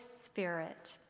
Spirit